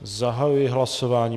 Zahajuji hlasování.